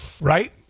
Right